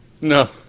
No